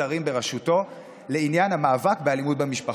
שרים בראשותו לעניין המאבק באלימות במשפחה.